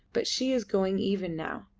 but she is going even now.